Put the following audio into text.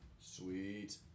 Sweet